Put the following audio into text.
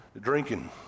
Drinking